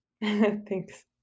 thanks